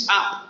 up